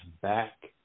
back